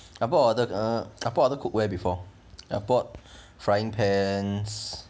I bought other a couple of cookware before I bought frying pans